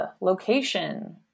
location